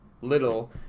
little